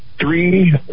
three